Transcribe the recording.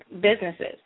businesses